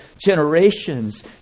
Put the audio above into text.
generations